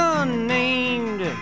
unnamed